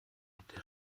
der